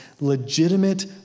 legitimate